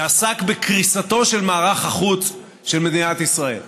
שעסק בקריסתו של מערך החוץ של מדינת ישראל.